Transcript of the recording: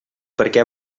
perquè